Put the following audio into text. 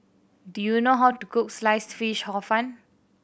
do you know how to cook Sliced Fish Hor Fun